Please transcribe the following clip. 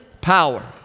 power